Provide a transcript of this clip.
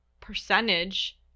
percentage